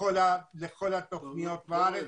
לכל התוכניות לארץ,